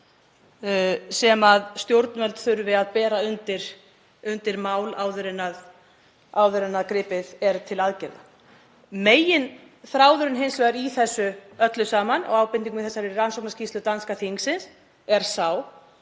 sem stjórnvöld þurfi að bera undir mál áður en gripið er til aðgerða. Meginþráðurinn í þessu öllu saman og ábendingum í rannsóknarskýrslu danska þingsins er